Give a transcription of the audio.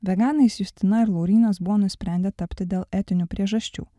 veganais justina ir laurynas buvo nusprendę tapti dėl etinių priežasčių